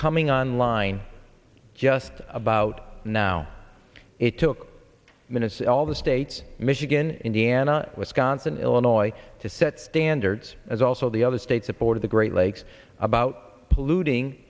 coming on line just about now it took minutes all the states michigan indiana wisconsin illinois to set standards as also the other states that border the great lakes about polluting